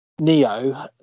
Neo